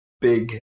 big